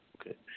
Okay